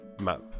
map